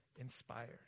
inspired